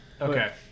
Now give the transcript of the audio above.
Okay